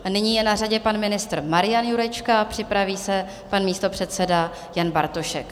A nyní je na řadě pan ministr Marian Jurečka, připraví se pan místopředseda Jan Bartošek.